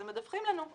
הם מדווחים לנו.